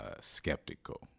skeptical